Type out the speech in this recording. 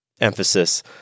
emphasis